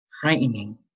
frightening